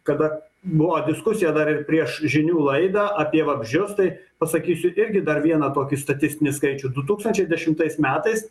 kada buvo diskusija dar ir prieš žinių laidą apie vabzdžius tai pasakysiu irgi dar vieną tokį statistinį skaičių du tūkstančiai dešimtais metais